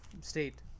state